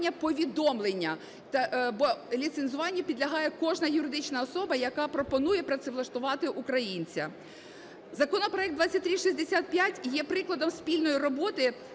повідомлення, бо ліцензуванню підлягає кожна юридична особа, яка пропонує працевлаштувати українця. Законопроект 2365 є прикладом спільної роботи